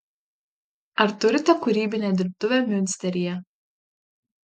ar turite kūrybinę dirbtuvę miunsteryje